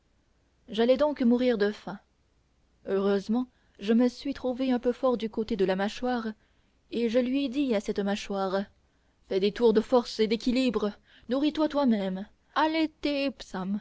j'allais donc mourir de faim heureusement je me suis trouvé un peu fort du côté de la mâchoire et je lui ai dit à cette mâchoire fais des tours de force et d'équilibre nourris toi toi-même